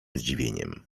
zdziwieniem